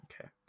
Okay